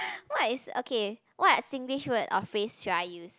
what is okay what Singlish word or phrase should I use